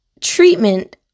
treatment